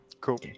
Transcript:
Cool